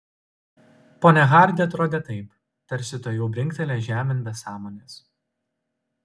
ponia hardi atrodė taip tarsi tuojau brinktelės žemėn be sąmonės